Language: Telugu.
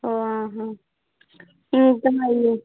ఎంత మరి